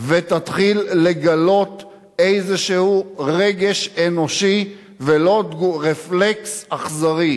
ותתחיל לגלות איזשהו רגש אנושי ולא רפלקס אכזרי.